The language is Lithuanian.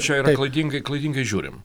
čia yra klaidingai klaidingai žiūrim